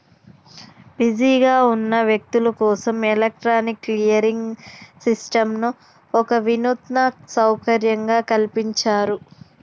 బిజీగా ఉన్న వ్యక్తులు కోసం ఎలక్ట్రానిక్ క్లియరింగ్ సిస్టంను ఒక వినూత్న సౌకర్యంగా కల్పించారు